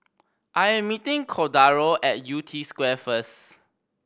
I am meeting Cordaro at Yew Tee Square first